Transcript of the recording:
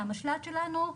מהמשל"ט שלנו,